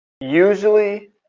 usually